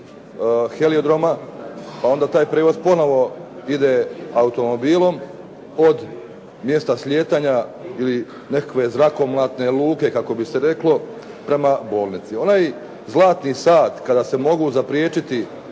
heliodroma pa onda taj prijevoz ponovno ide automobilom od mjesta slijetanja ili nekakve zrakomlatne luke kako bi se reklo prema bolnici. Onaj zlatni sat kada se mogu zapriječiti